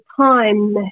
time